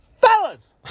Fellas